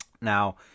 Now